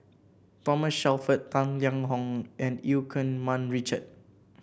Thomas Shelford Tang Liang Hong and Eu Keng Mun Richard